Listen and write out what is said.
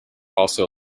also